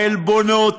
העלבונות,